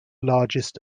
largest